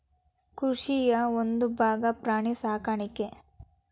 ಕೃಷಿಯ ಒಂದುಭಾಗಾ ಪ್ರಾಣಿ ಸಾಕಾಣಿಕೆ